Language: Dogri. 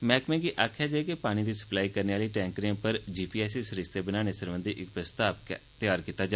मैह्कमे गी आखेआ गेआ जे पानी दी सप्लाई करने आह्ली टैंकरें पर जीपीएस सरिस्ता लाने सरबंधी इक प्रस्ताव तैयार कीता जा